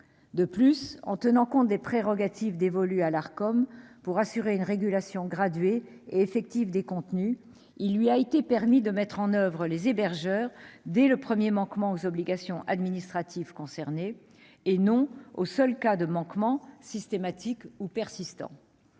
Ensuite, en tenant compte des prérogatives dévolues à l'Arcom pour assurer une régulation graduée et effective des contenus, il a été permis à cette instance de mettre en demeure les hébergeurs dès le premier manquement aux obligations administratives concernées, et non aux seuls cas de manquements systématiques ou persistants.